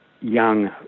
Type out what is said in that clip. young